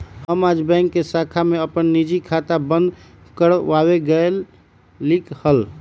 हम आज बैंक के शाखा में अपन निजी खाता बंद कर वावे गय लीक हल